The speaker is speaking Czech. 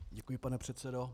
Děkuji, pane předsedo.